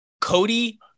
Cody